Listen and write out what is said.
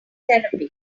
therapy